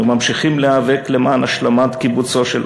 אנו ממשיכים להיאבק למען השלמת קיבוצו של